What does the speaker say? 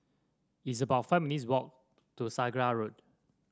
it's about five minutes' walk to Sakra Road